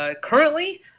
Currently